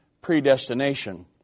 predestination